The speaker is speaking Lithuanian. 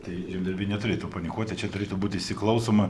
tai žemdirbiai neturėtų panikuoti čia turėtų būti įsiklausoma